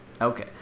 okay